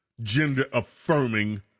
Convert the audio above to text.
gender-affirming